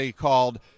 called